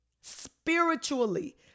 spiritually